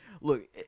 Look